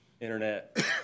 Internet